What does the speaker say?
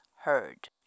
heard